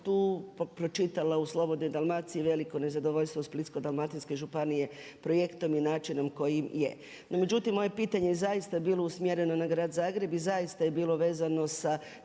tu pročitala u Slobodnoj Dalmaciji veliko nezadovoljstvo Splitsko-dalmatinske županije projektom i načinom koji je. No međutim, moje pitanje je zaista bilo usmjereno na grad Zagreb i zaista je bilo vezano sa